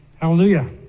Hallelujah